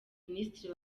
minisitiri